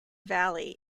valley